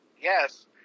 Yes